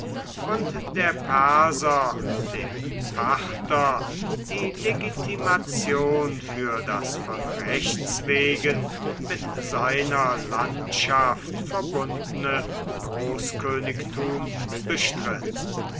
und der perser dem parther die legitimation für das von rechts wegen mit seiner landschaft verbundene großkönigtum bestritt